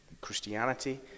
Christianity